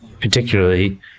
particularly